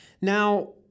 Now